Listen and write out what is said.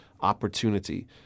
opportunity